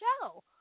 show